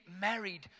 married